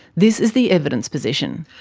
this is the evidence position.